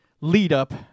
lead-up